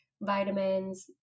vitamins